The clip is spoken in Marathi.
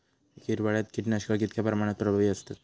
हिवाळ्यात कीटकनाशका कीतक्या प्रमाणात प्रभावी असतत?